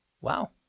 Wow